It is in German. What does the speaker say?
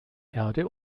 erde